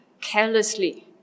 carelessly